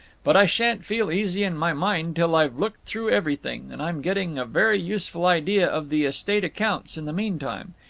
but i shan't feel easy in my mind till i've looked through everything, and i'm getting a very useful idea of the estate accounts in the meantime.